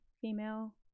female